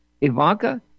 Ivanka